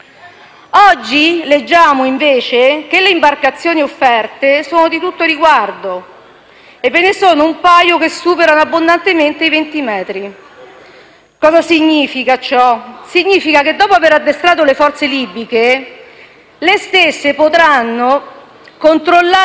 Oggi leggiamo, invece, che le imbarcazioni offerte sono di tutto riguardo e ve ne sono un paio che superano abbondantemente i 20 metri. Cosa significa ciò? Significa che, dopo aver addestrato le forze libiche, le stesse potranno controllare le loro